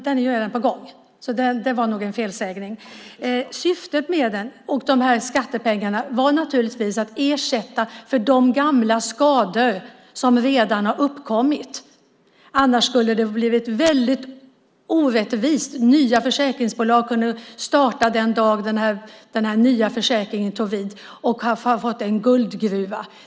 Den är redan på gång, så det var nog en felsägning. Syftet med den och skattepengarna var naturligtvis att ersätta för de gamla skador som redan har uppkommit. Annars skulle det ha blivit orättvist. Nya försäkringsbolag kunde starta den dag den nya försäkringen tog vid och få en guldgruva.